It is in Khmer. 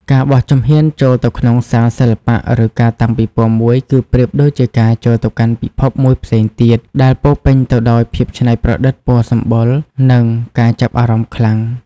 ការបោះជំហានចូលទៅក្នុងសាលសិល្បៈ ឬការតាំងពិពណ៌មួយ គឺប្រៀបដូចជាការចូលទៅកាន់ពិភពមួយផ្សេងទៀត ដែលពោរពេញទៅដោយភាពច្នៃប្រឌិត ពណ៌សម្បូរណ៍ និងការចាប់អារម្មណ៍ខ្លាំង។